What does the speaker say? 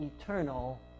eternal